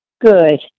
Good